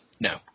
No